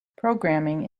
programming